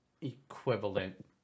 equivalent